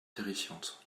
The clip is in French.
terrifiante